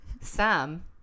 Sam